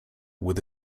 with